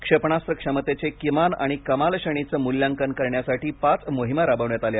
क्षेपणास्त्र क्षमतेचे किमान आणि कमाल श्रेणीचे मूल्यांकन करण्यासाठी पाच मोहिमा राबविण्यात आल्या